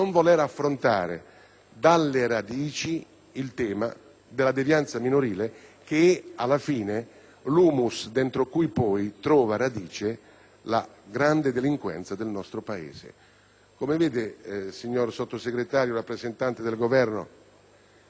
dalle fondamenta il tema della devianza minorile, che alla fine è l'*humus* dentro cui trova radice la grande delinquenza del nostro Paese. Come vede, signor Sottosegretario, rappresentanti del Governo, ho